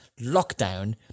lockdown